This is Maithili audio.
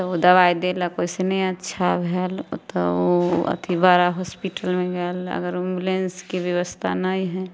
ओ दवाइ देलक ओहिसँ नहि अच्छा भेल तऽ ओ अथी बड़ा हॉस्पिटलमे गेल अगर एम्बुलेन्सके बेबस्था नहि हइ